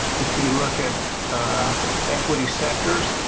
if you look at equity sectors,